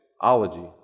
ology